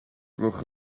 gloch